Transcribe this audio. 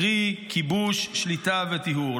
קרי כיבוש, שליטה וטיהור.